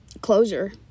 closure